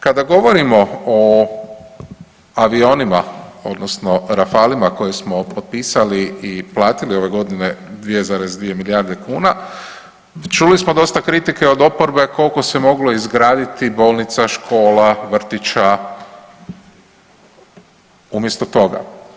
Kada govorimo o avionima, odnosno Rafalima koje smo potpisali i platili ove godine 2,2 milijarde kuna, čuli smo dosta kritike od oporbe koliko se moglo izgraditi bolnica, škola, vrtića, umjesto toga.